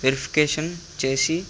verification చేసి